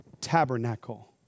tabernacle